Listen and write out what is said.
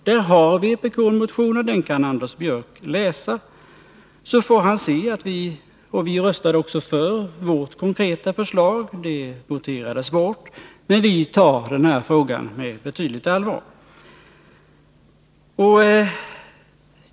I den frågan har vi väckt en motion, som Anders Björck kan läsa. Vi röstade för vårt konkreta förslag, men det voterades bort. Vi behandlar alltså den här frågan med ett betydande allvar.